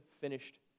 finished